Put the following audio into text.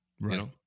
Right